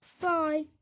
Bye